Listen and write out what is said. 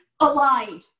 aligned